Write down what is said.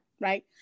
right